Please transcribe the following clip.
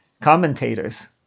commentators